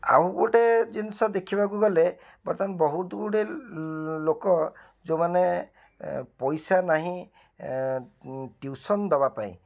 ଆଉ ଗୋଟେ ଜିନିଷ ଦେଖିବାକୁଗଲେ ବର୍ତ୍ତମାନ ବହୁତଗୁଡ଼ିଏ ଲୋକ ଯେଉଁମାନେ ପଇସାନାହିଁ ଟିଉସନ୍ ଦବାପାଇଁ